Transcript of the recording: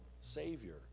Savior